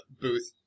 booth